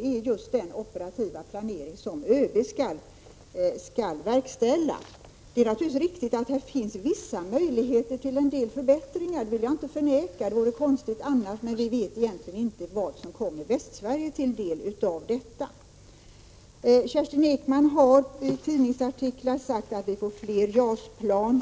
Det är just den operativa planeringen som ÖB skall verkställa. Det är naturligtvis riktigt att det finns vissa möjligheter att göra en del förbättringar — det vore konstigt annars, men vi vet egentligen inte vad som kommer Västsverige till del av detta. Kerstin Ekman har i tidningsartiklar sagt att det blir fler JAS-plan.